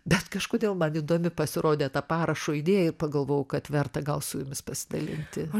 bet kažkodėl man įdomi pasirodė ta parašo idėja ir pagalvojau kad verta gal su jumis pasidalinti